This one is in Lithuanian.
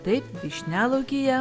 taip vyšnialaukyje